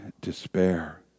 despair